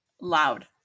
loud